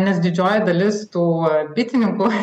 nes didžioji dalis tų bitininkų